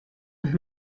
und